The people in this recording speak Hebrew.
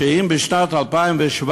שאם בשנת 2017,